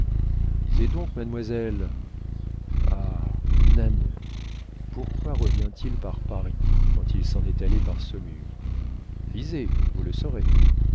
lisez donc mademoiselle ah nanon pourquoi revient-il par paris quand il s'en est allé par saumur lisez vous le saurez